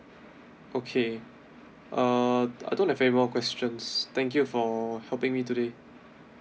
okay uh I don't have any more questions thank you for helping me today